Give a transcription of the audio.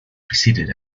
preceded